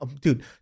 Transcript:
dude